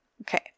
Okay